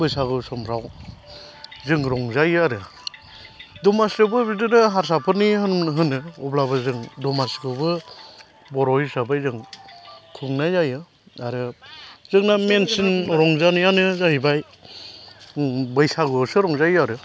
बैसागु समफ्राव जों रंजायो आरो दमासियावबो बिदिनो हारसाफोरनि होनो अब्लाबो जों दमासिखौबो बर' हिसाबै जों खुंनाय जायो आरो जोंना मेनसिन रंजानायानो जाहैबाय बैसागुआवसो रंजायो आरो